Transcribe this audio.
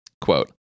quote